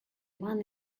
one